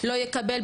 לא יקבל,